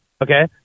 okay